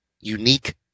Unique